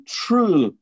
true